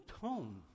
tone